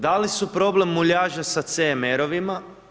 Da li su problem muljaže sa CMR-ovima?